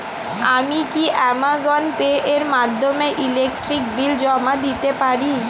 আমি কি Amazon Pay এর মাধ্যমে ইলেকট্রিক বিল জমা দিতে পারি?